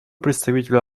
представителя